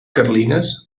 carlines